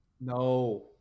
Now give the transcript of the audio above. No